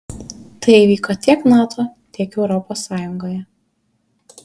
tai įvyko tiek nato tiek europos sąjungoje